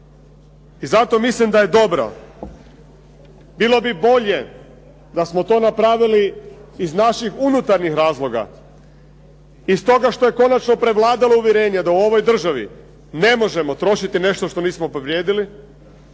I zato mislim da je dobro, bilo bi bolje da smo to napravili iz naših unutarnjih razloga i stoga što je konačno prevladalo uvjerenje da u ovoj državi ne možemo trošiti nešto što nismo privredili,